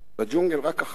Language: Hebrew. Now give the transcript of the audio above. בג'ונגל רק החיות שורדות.